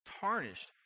tarnished